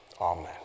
Amen